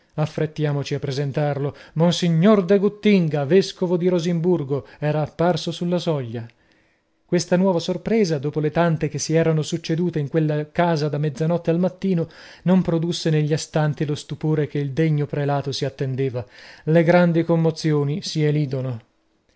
monsignor de guttinga vescovo di rosinburgo era apparso sulla soglia questa nuova sorpresa dopo le tante che si eran succedute in quella casa da mezzanotte al mattino non produsse negli astanti lo stupore che il degno prelato si attendeva le grandi commozioni si elidono